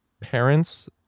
parents